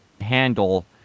handle